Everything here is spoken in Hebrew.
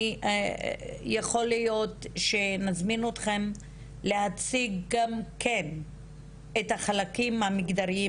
יכול להיות שנזמין אתכם להציג את החלקים המגדריים